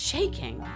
Shaking